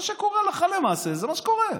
מה שקורה הלכה למעשה, זה מה שקורה.